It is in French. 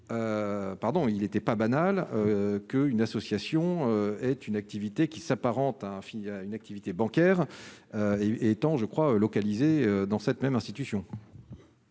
il n'était pas banal que une association est une activité qui s'apparente à une activité bancaire, il est temps, je crois, localisé dans cette même institution.